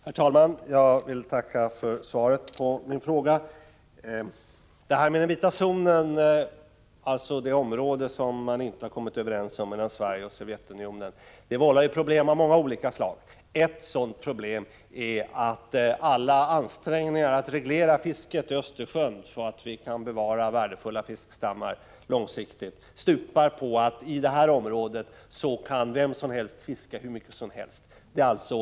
Herr talman! Jag vill tacka för svaret på min fråga. Den ”vita zonen”, alltså det område mellan Sverige och Sovjetunionen där man inte har kommit överens om gränsdragningen, vållar problem av många olika slag. Ett sådant är att alla ansträngningar att reglera fisket i Östersjön, så att vi på lång sikt kan bevara värdefulla fiskstammar, stupar på att vem som helst kan fiska hur mycket som helst i detta område.